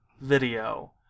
video